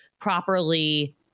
properly